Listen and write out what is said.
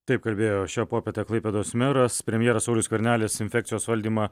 taip kalbėjo šią popietę klaipėdos meras premjeras saulius skvernelis infekcijos valdymą